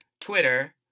Twitter